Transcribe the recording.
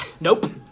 Nope